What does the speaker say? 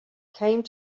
came